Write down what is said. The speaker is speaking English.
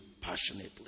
passionately